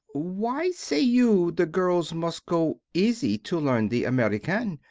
why say you the girls must go easy to learn the american?